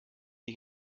ich